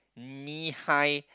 knee high